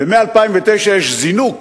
ומ-2009 יש זינוק